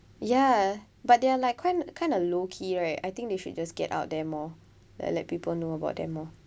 ya but there are like kind kind of low key right I think they should just get out there more ah let people know about them more